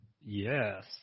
Yes